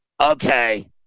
Okay